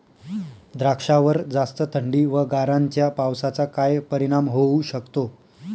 द्राक्षावर जास्त थंडी व गारांच्या पावसाचा काय परिणाम होऊ शकतो?